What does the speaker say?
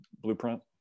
blueprint